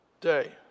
day